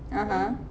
(uh huh)